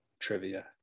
trivia